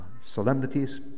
solemnities